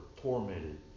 tormented